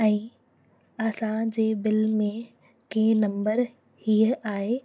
ऐं असांजे बिल में के नंबर हीअ आहे